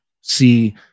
see